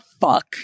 fuck